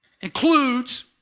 includes